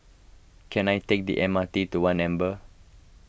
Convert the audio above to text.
can I take the M R T to one Amber